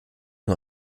nur